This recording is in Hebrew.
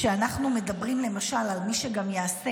כשאנחנו מדברים למשל על מי שגם יעשה